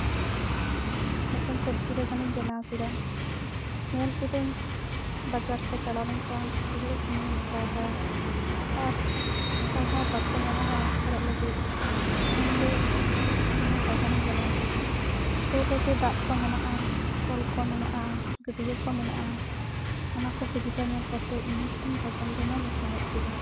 ᱢᱤᱫᱴᱮᱱ ᱥᱚᱵᱡᱤ ᱵᱟᱜᱟᱱᱤᱧ ᱵᱮᱱᱟᱣ ᱠᱚᱫᱟ ᱧᱮᱞ ᱠᱤᱫᱟᱹᱧ ᱵᱟᱡᱟᱨ ᱠᱚ ᱪᱟᱞᱟᱣ ᱞᱮᱱᱠᱷᱟᱱ ᱟᱹᱰᱤ ᱜᱷᱟᱹᱲᱤᱡ ᱥᱚᱢᱚᱭ ᱦᱟᱛᱟᱣᱮᱫᱟᱭ ᱟᱨ ᱦᱚᱲ ᱦᱚᱸ ᱵᱟᱠᱚ ᱧᱟᱢᱚᱜᱼᱟ ᱪᱟᱞᱟᱜ ᱞᱟᱹᱜᱤᱫ ᱚᱱᱟᱛᱮ ᱤᱧᱦᱚᱸ ᱵᱟᱜᱟᱱᱤᱧ ᱵᱮᱱᱟᱣ ᱠᱮᱫᱟ ᱥᱳᱨ ᱨᱮᱜᱮ ᱫᱟᱜ ᱠᱚ ᱢᱮᱱᱟᱜᱼᱟ ᱠᱚᱞ ᱠᱚ ᱢᱮᱱᱟᱜᱼᱟ ᱜᱟᱹᱰᱭᱟᱹ ᱠᱚ ᱢᱮᱱᱟᱜᱼᱟ ᱚᱱᱟ ᱠᱚ ᱥᱩᱵᱤᱫᱟ ᱧᱮᱞ ᱠᱟᱛᱮ ᱤᱧ ᱢᱤᱫᱴᱟᱝ ᱵᱟᱜᱟᱱ ᱵᱮᱱᱟᱧ ᱮᱛᱚᱦᱚᱵ ᱠᱚᱫᱟ